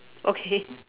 okay